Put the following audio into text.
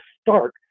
start